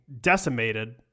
decimated